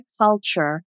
culture